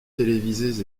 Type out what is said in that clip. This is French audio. télévisées